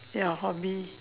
your hobby